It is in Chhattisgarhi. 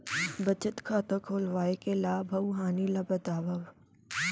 बचत खाता खोलवाय के लाभ अऊ हानि ला बतावव?